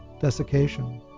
desiccation